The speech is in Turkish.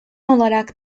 olarak